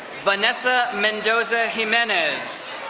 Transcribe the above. vanessa mendoza jimenez.